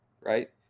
right